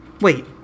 Wait